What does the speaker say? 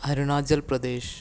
Arunachal Pradesh